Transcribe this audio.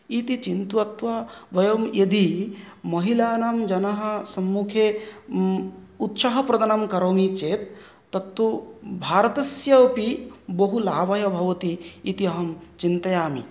इति चिन्तयित्वा वयं यदि महिलानां जना सम्मुखे उच्च प्रदनं करोमि चेत् तत्तु भारतस्यापि बहु लाभाय भवति इति अहं चिन्तयामि